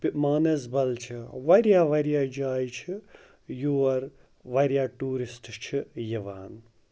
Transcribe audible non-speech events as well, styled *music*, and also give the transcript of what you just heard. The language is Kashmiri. *unintelligible* مانَسبَل چھِ واریاہ واریاہ جایہِ چھِ یور واریاہ ٹوٗرِسٹ چھِ یِوان